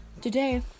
Today